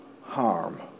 harm